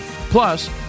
Plus